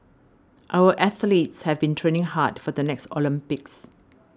our athletes have been training hard for the next Olympics